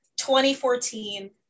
2014